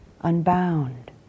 unbound